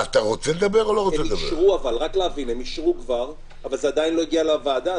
האם הם אישרו כבר אבל זה עדיין לא הגיע לוועדה?